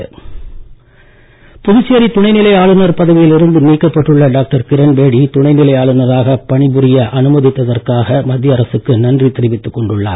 கிரண்பேடி புதுச்சேரி துணைநிலை ஆளுநர் பதவியில் இருந்து நீக்கப்பட்டுள்ள டாக்டர் கிரண்பேடி துணைநிலை அனுமதித்தற்காக மத்திய அரசுக்கு நன்றி தெரிவித்துக் கொண்டுள்ளார்